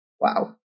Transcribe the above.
wow